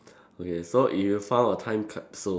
okay so if you found a time capsule